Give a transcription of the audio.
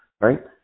right